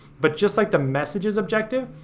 but just like the messages objective,